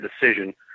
decision